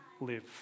live